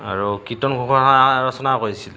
আৰু কীৰ্তন ঘোষা ৰচনা কৰিছিল